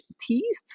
teeth